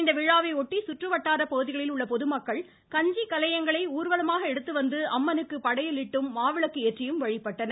இவ்விழாவையொட்டி சுற்றுவட்டார பகுதிகளில் உள்ள பொதுமக்கள் கஞ்சி கலையங்களை ஊர்வலமாக எடுத்துவந்து அம்மனுக்கு படையலிட்டும் மாவிளக்கு ஏற்றியும் வழிபட்டனர்